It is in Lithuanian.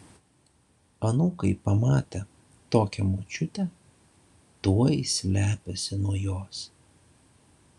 anūkai pamatę tokią močiutę tuoj slepiasi nuo jos